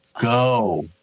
go